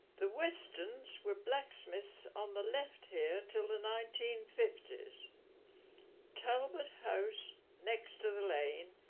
the westons were blacksmiths on the left here till the nineteen fifty s talbot house, next to the lane,